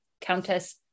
Countess